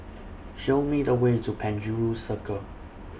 Show Me The Way to Penjuru Circle